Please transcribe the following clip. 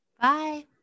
Bye